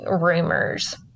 rumors